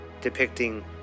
depicting